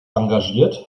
engagiert